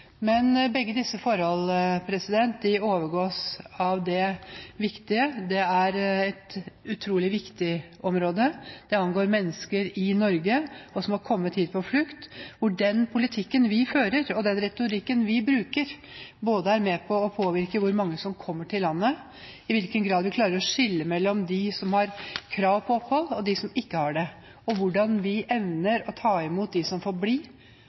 Men begge disse forhold overgås av at det er et utrolig viktig område. Det angår mennesker i Norge som har kommet hit etter å ha vært på flukt, hvor den politikken vi fører og retorikken vi bruker, er med på å påvirke hvor mange som kommer til landet, i hvilken grad vi klarer å skille mellom dem som har krav på opphold og dem som ikke har det, hvordan vi evner å ta imot dem som